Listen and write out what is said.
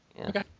Okay